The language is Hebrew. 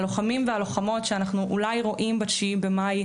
הלוחמים והלוחמות שאנחנו אולי רואים ב-9 במאי,